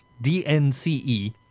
D-N-C-E